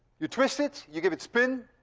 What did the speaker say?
you twist it, you give it spin,